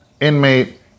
inmate